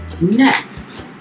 next